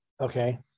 Okay